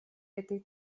этой